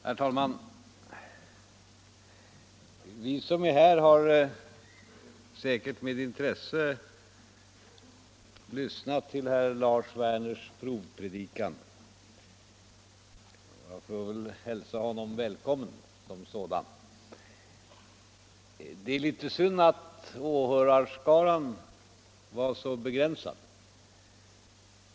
Herr talman! Vi som är här har säkert med intresse lyssnat till herr Lars Werners provpredikan. Jag får hälsa honom välkommen. Det är litet synd att åhörarskaran var så begränsad.